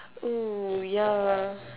oh ya